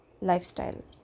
lifestyle